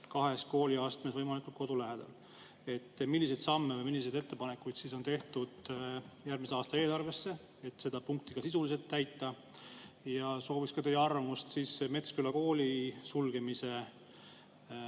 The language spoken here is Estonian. kahes kooliastmes võimalikult kodu lähedal. Milliseid samme või milliseid ettepanekuid on tehtud järgmise aasta eelarvesse, et seda punkti ka sisuliselt täita? Sooviks teie arvamust ka Metsküla kooli sulgemise